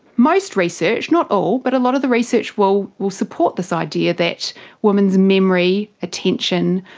most research, not all, but a lot of the research will will support this idea that women's memory, attention,